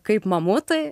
kaip mamutai